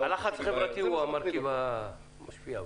הלחץ החברתי הוא המרכיב המשמעותי.